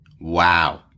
Wow